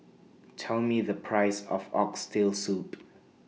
Tell Me The Price of Oxtail Soup